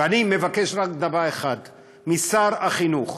ואני מבקש רק דבר אחד משר החינוך,